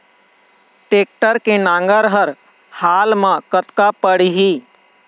Tractor के नांगर हर हाल मा कतका पड़िही?